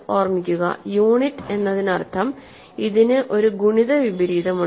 ഓർമ്മിക്കുകയൂണിറ്റ് എന്നതിനർത്ഥം ഇതിന് ഒരു ഗുണിത വിപരീതമുണ്ട്